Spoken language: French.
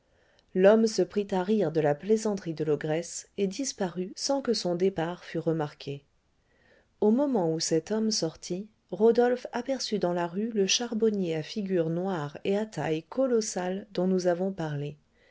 l'homme se prit à rire de la plaisanterie de l'ogresse et disparut sans que son départ fût remarqué au moment où cet homme sortit rodolphe aperçut dans la rue le charbonnier à figure noire et à taille colossale dont nous avons parlé